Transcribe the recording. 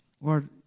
Lord